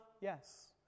Yes